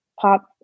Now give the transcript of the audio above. pop